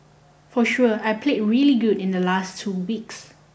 for sure I played really good in the last two weeks